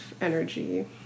energy